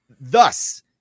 thus